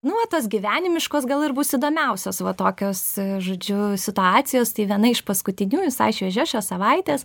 nu va tas gyvenimiškos gal ir bus įdomiausios va tokios žodžiu situacijos tai viena iš paskutiniųjų visai šviežia šios savaitės